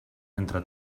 entre